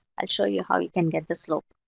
and show you how you can get the slope.